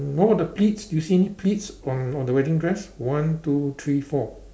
what about the pleats do you see any pleats on on the wedding dress one two three four